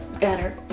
better